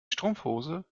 strumpfhose